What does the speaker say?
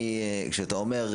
כשאתה אומר,